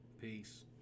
Peace